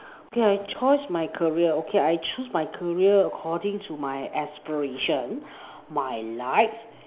okay I choose my career okay I choose my career according to my aspiration my life